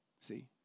See